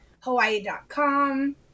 hawaii.com